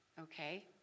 okay